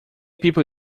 people